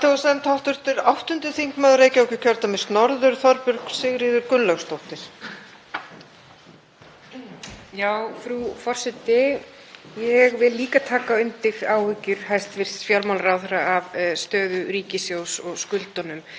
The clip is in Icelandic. Ég vil líka taka undir áhyggjur hæstv. fjármálaráðherra af stöðu ríkissjóðs og skuldunum. Veruleiki dagsins í dag er sá að við erum að horfa á aukna verðbólgu, við erum að horfa á vexti og þeir fara hækkandi. Í því samhengi má minna á